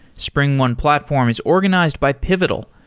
springone platform is organized by pivotal,